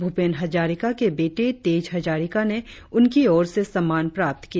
भूपेन हजारिका के बेटे तेज हजारिका ने उनकी और से सम्मान प्राप्त किया